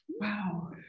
wow